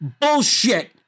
bullshit